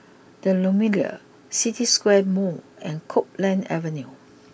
the Lumiere City Square Mall and Copeland Avenue